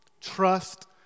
trust